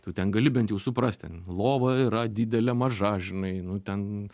tu ten gali bent jau suprasti lova yra didelė maža žinai nu ten